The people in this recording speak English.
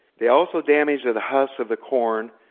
they also damage the the husk of the corn,